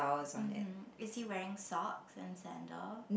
umm hmm is he wearing socks and sandal